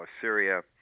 Syria